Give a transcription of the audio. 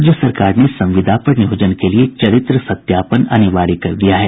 राज्य सरकार ने संविदा पर नियोजन के लिए चरित्र सत्यापन अनिवार्य कर दिया है